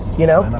you know?